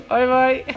Bye-bye